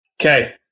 Okay